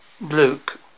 Luke